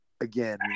again